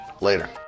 Later